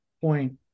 point